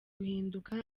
guhinduka